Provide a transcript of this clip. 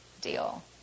deal